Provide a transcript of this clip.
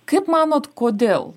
kaip manot kodėl